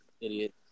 Idiot